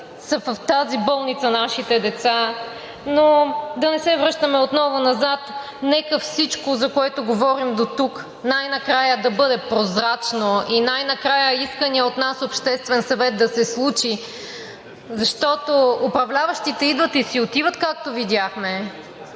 са в тази болница. Но да не се връщаме отново назад. Нека всичко, за което говорим дотук, най-накрая да бъде прозрачно и най-накрая исканият от нас Обществен съвет да се случи, защото управляващите идват и си отиват, както видяхме,